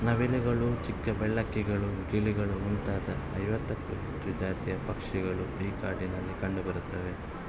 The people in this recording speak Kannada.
ನವಿಲುಗಳು ಚಿಕ್ಕ ಬೆಳ್ಳಕ್ಕಿಗಳು ಗಿಳಿಗಳು ಮುಂತಾದ ಐವತ್ತಕ್ಕೂ ಹೆಚ್ಚು ಜಾತಿಯ ಪಕ್ಷಿಗಳು ಈ ಕಾಡಿನಲ್ಲಿ ಕಂಡುಬರುತ್ತವೆ